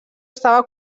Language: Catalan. estava